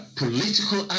political